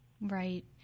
Right